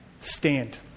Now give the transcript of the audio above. stand